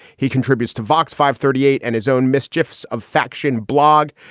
he contributes to vox, fivethirtyeight and his own mischiefs of faction blog.